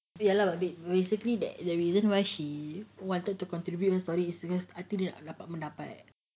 ya lah a bit basically that the reason why she wanted to contribute a story is because dia nak minta pendapat eh